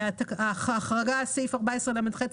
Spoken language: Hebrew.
ההחרגה של סעיף 14לח,